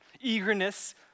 eagerness